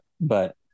but-